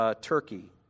Turkey